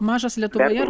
mažas lietuvoje ar